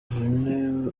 uyu